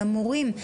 למורים,